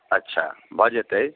अच्छा भऽ जेतै